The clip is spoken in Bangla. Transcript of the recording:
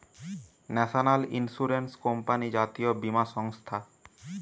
ন্যাশনাল ইন্সুরেন্স কোম্পানি জাতীয় বীমা সংস্থা